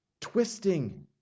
twisting